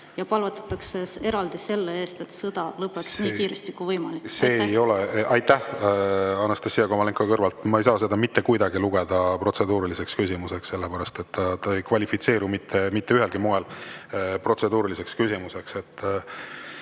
ja palvetatakse eraldi selle eest, et sõda lõppeks nii kiiresti kui võimalik. Aitäh, Anastassia Kovalenko-Kõlvart! Ma ei saa seda mitte kuidagi lugeda protseduuriliseks küsimuseks, sellepärast et see ei kvalifitseeru mitte ühelgi moel protseduuriliseks küsimuseks.